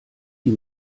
die